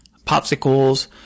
Popsicles